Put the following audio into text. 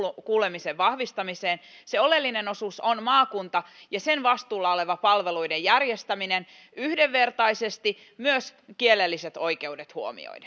kuulemisen vahvistamiseen se oleellinen osuus on maakunta ja sen vastuulla oleva palveluiden järjestäminen yhdenvertaisesti myös kielelliset oikeudet huomioiden